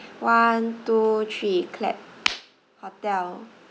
one two three clap hotel